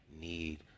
need